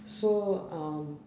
so um